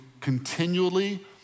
continually